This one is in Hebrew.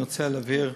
אני רוצה להבהיר